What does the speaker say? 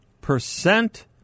Percent